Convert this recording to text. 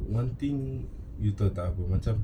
one thing you terganggu macam